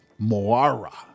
Moara